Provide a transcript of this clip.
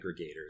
aggregators